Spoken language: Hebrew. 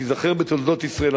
שתיזכר בתולדות ישראל,